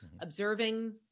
observing